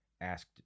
asked